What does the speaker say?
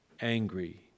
angry